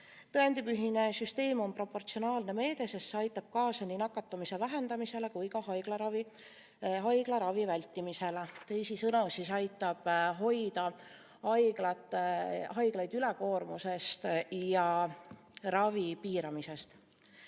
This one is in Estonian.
Tõendipõhine süsteem on proportsionaalne meede, sest see aitab kaasa nii nakatumise vähendamisele kui ka haiglaravi vältimisele. Teisisõnu aitab see hoida haiglaid ülekoormuse eest ja muu ravi piiramise